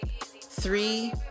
Three